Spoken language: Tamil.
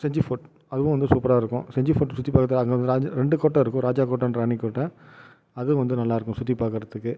செஞ்சி ஸ்பாட் அதுவும் வந்து சூப்பராக இருக்கும் செஞ்சி ஸ்பாட் சுத்தி பார்க்குறதுக்கு அங்கே வந்து ரா ரெண்டு கோட்டை இருக்கும் ராஜா கோட்டை ராணி கோட்டை அதுவும் வந்து நல்லாருக்கும் சுத்தி பார்க்குறதுக்கு